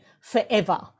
forever